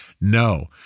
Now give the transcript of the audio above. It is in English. No